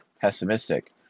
pessimistic